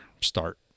start